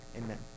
amen